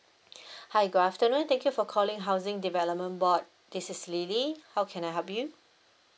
hi good afternoon thank you for calling housing development board this is lily how can I help you